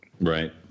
Right